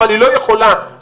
אבל היא לא יכולה ו